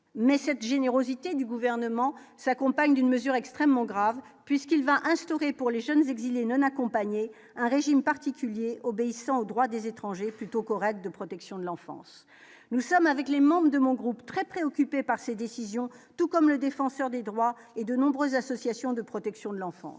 mais cette générosité du gouvernement s'accompagne d'une mesure extrêmement grave puisqu'il va instaurer pour les jeunes exilés non accompagné d'un régime particulier, obéissant aux droits des étrangers plutôt correct de protection de l'enfance, nous sommes avec les membres de mon groupe, très préoccupé par cette décision, tout comme le défenseur des droits et de nombreuses associations de protection de l'enfance,